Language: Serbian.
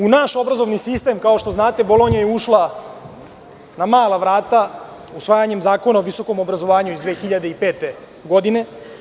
U naš obrazovni sistem, kao što znate, Bolonja je ušla na mala vrata usvajanjem Zakona o visokom obrazovanju iz 2005. godine.